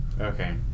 Okay